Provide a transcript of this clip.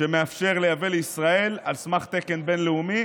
שמאפשר לייבא לישראל על סמך תקן בין-לאומי.